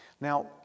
Now